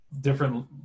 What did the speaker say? different